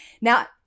Now